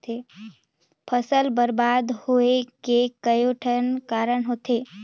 फसल बरबाद होवे के कयोठन कारण होथे